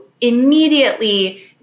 immediately